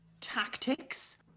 tactics